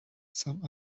some